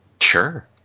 Sure